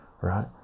right